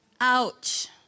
ouch